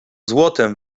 złotem